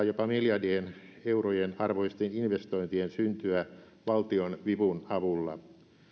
jopa miljardien eurojen arvoisten investointien syntyä valtion vivun avulla